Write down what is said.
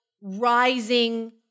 rising